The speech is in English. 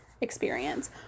experience